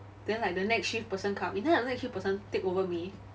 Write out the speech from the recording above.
then like the next shift person come in then after that the next shift person take over me